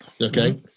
Okay